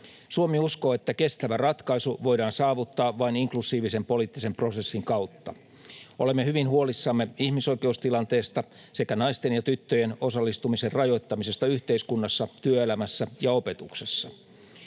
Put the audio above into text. Suomi uskoo, että kestävä ratkaisu voidaan saavuttaa vain inklusiivisen poliittisen prosessin kautta. Olemme hyvin huolissamme ihmisoikeustilanteesta sekä naisten ja tyttöjen osallistumisen rajoittamisesta yhteiskunnassa, työelämässä ja opetuksessa.